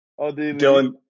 dylan